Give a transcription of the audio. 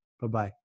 Bye-bye